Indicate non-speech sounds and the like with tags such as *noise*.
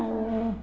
*unintelligible*